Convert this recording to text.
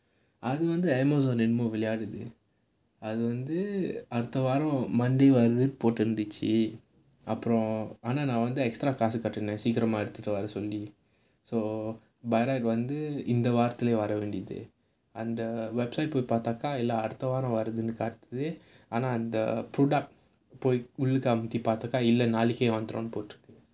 அது வந்து:adhu vanthu Amazon என்ன விளையாடுதுஅது வந்து அடுத்தவாரம்:enna vilaiyaaduthu adhu vanthu aduthavaaram monday வருது போட்டுருந்துச்சு அப்புறம் ஆனா நான் வந்து:varuthu potturunthuchchu appuram aanaa naan vanthu actualy fast ah கேட்டுருந்தேன் சீக்கிரமா எடுத்துட்டு வர சொல்லி:ketutrunthaen seekiramaa eduthuttu vara solli so barrer வந்து இந்த வாரத்துலே வர வேண்டியது:intha vaarathula vara vendiyathu and website leh பார்த்தாக்கா அடுத்த வாரம் வருதுன்னு காட்டுது ஆனா அந்த: paarthaakka adutha vaaram varuthunu kaatuthu aanaa antha the product உள்ளுக அமுக்கி பார்த்தாக்கா நாளைக்கே வந்துரும்னு போட்டுருக்கு:ullaga amukki paarthaaakka naalaikkae varumnu poturukku